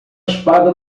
espada